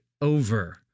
over